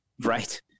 Right